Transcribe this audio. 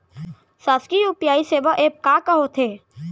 शासकीय यू.पी.आई सेवा एप का का होथे?